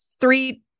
three